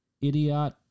Idiot